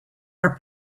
are